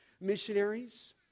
missionaries